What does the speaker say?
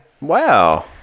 Wow